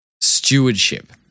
stewardship